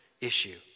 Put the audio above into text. issue